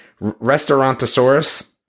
Restaurantosaurus